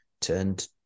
turned